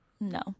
No